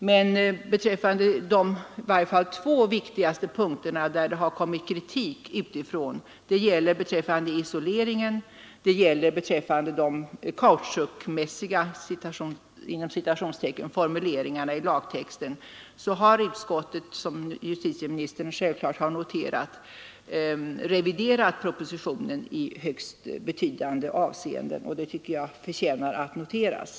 Men beträffande i varje fall två av de viktigaste punkterna, mot vilka kritik riktats — dels isoleringen, dels de ”kautschukmässiga” formuleringarna i lagtexten — har utskottet, som justitieministern självfallet noterat reviderat propositionen i högst betydande avseenden. Och det tycker jag förtjänar att noteras.